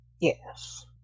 yes